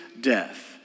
death